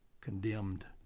condemned